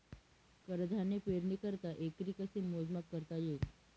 कडधान्य पेरणीकरिता एकरी कसे मोजमाप करता येईल?